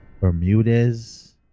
bermudez